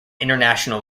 international